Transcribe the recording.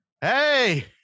hey